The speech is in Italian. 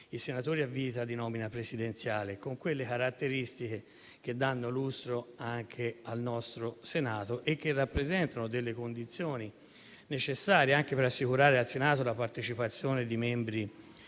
i senatori a vita di nomina presidenziale con quelle caratteristiche che danno lustro anche al nostro Senato e che rappresentano condizioni necessarie anche per assicurare al Senato la partecipazione di membri